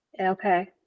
Okay